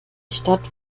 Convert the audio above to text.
stadt